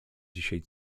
dzisiaj